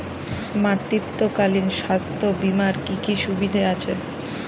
মাতৃত্বকালীন স্বাস্থ্য বীমার কি কি সুবিধে আছে?